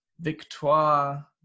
Victoire